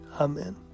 Amen